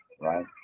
Right